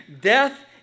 death